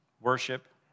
Worship